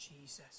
Jesus